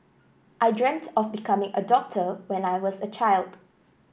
I dreamt of becoming a doctor when I was a child